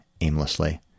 aimlessly